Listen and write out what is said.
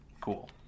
cool